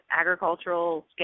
agricultural